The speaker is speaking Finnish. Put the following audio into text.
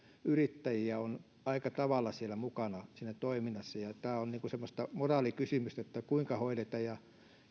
yrittäjiä joita on aika tavalla siellä mukana siinä toiminnassa ja tämä on semmoista moraalikysymystä kuinka hoidetaan ja